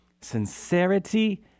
sincerity